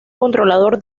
controlador